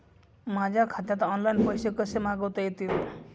माझ्या खात्यात ऑनलाइन पैसे कसे मागवता येतील?